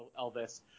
elvis